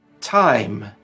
Time